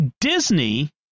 Disney